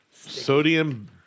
Sodium